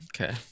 okay